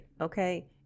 okay